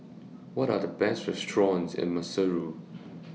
What Are The Best restaurants in Maseru